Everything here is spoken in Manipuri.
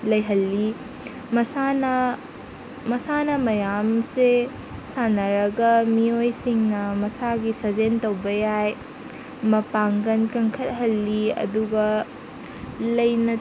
ꯂꯩꯍꯜꯂꯤ ꯃꯁꯥꯟꯅ ꯃꯁꯥꯟꯅ ꯃꯌꯥꯝꯁꯦ ꯁꯥꯟꯅꯔꯒ ꯃꯤꯑꯣꯏꯁꯤꯡꯅ ꯃꯁꯥꯒꯤ ꯁꯥꯖꯦꯟ ꯇꯧꯕ ꯌꯥꯏ ꯃꯄꯥꯡꯒꯜ ꯀꯟꯈꯠꯍꯜꯂꯤ ꯑꯗꯨꯒ ꯂꯩꯅ